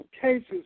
cases